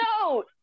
no